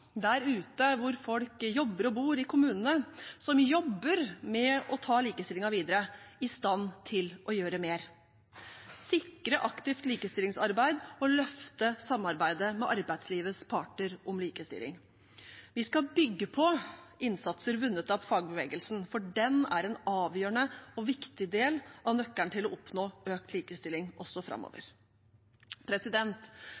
der ute hvor folk jobber og bor i kommunene, som jobber med å ta likestillingen videre, i stand til å gjøre mer, sikre aktivt likestillingsarbeid og løfte samarbeidet med arbeidslivets parter om likestilling. Vi skal bygge på innsatser vunnet av fagbevegelsen, for den er en avgjørende og viktig del av nøkkelen til å oppnå økt likestilling også